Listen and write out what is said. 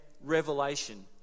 revelation